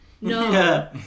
no